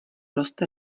roste